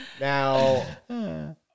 Now